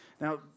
Now